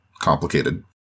complicated